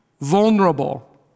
vulnerable